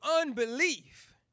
unbelief